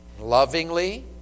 lovingly